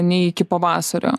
nei iki pavasario